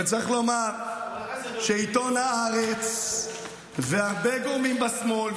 וצריך לומר שעיתון הארץ והרבה גורמים בשמאל,